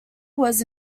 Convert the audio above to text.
was